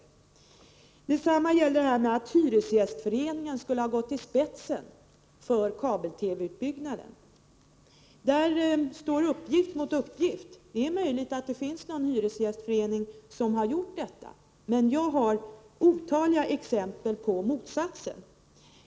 När det sedan gäller att hyresgästföreningen skulle ha gått i spetsen för kabel-TV-utbyggnaden står uppgift mot uppgift. Det är möjligt att det finns någon hyresgästförening som har gjort detta, men jag har otaliga exempel på motsatsen.